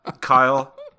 Kyle